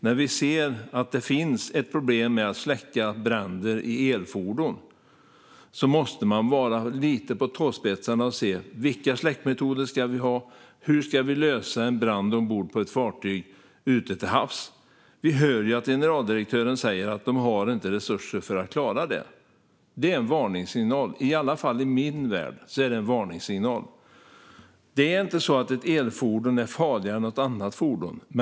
När det finns ett problem med att släcka bränder i elfordon måste man vara lite på tåspetsarna och se vilka släckmetoder som ska användas och hur en brand ombord på ett fartyg ute till havs ska släckas. Vi hör generaldirektören säga att de inte har resurser för att klara det. Det är en varningssignal, i alla fall i min värld. Det är inte så att ett elfordon är farligare än något annat fordon.